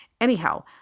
Anyhow